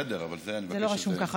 בסדר, אבל אני מבקש ממך.